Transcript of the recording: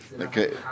Okay